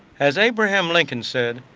as abraham lincoln said,